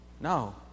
No